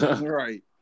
right